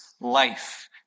life